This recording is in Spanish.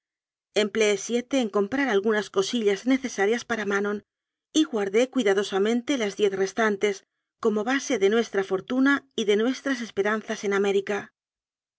empleé siete en comprar algunas cosillas necesarias para manon y guardé cuidadosamente las diez restantes como base de nuestra f rtuna y de nuestras esperanzas en américa